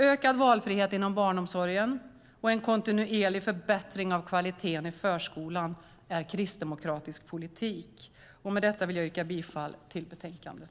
Ökad valfrihet inom barnomsorgen och en kontinuerlig förbättring av kvaliteten i förskolan är kristdemokratisk politik. Med detta vill jag yrka bifall till förslaget i betänkandet.